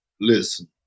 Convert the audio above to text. Listen